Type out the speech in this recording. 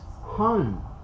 home